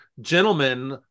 Gentlemen